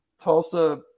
Tulsa